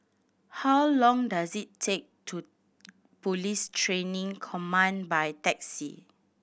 how long does it take to Police Training Command by taxi